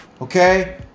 okay